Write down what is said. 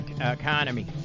economy